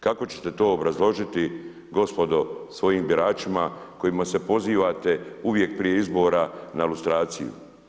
Kako ćete to obrazložiti gospodo svojim biračima kojima se pozivate uvijek prije izbora na lustraciju?